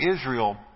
Israel